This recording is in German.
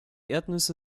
erdnüsse